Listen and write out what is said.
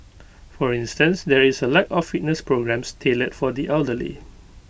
for instance there is A lack of fitness programmes tailored for the elderly